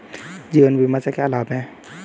जीवन बीमा से क्या लाभ हैं?